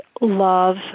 love